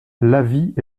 l’avis